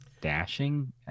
dashing